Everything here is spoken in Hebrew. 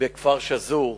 בכפר סאג'ור,